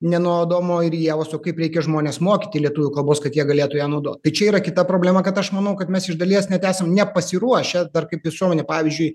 ne nuo adomo ir ievos o kaip reikia žmones mokyti lietuvių kalbos kad jie galėtų ją naudot tai čia yra kita problema kad aš manau kad mes iš dalies net esam nepasiruošę dar kaip visuomenė pavyzdžiui